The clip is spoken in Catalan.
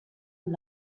amb